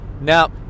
Now